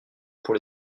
pour